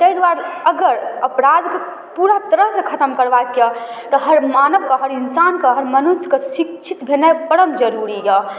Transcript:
ताहि दुआरे अगर अपराधके पूरा तरहसँ खतम करबाके अइ तऽ हर मानवके हर इन्सानके हर मनुष्यके शिक्षित भेनाइ परम जरूरी अइ